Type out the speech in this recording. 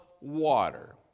water